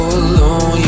alone